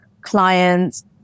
clients